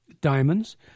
diamonds